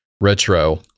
retro